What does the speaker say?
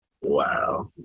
Wow